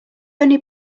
only